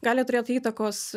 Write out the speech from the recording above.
gali turėt įtakos